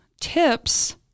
tips